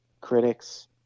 critics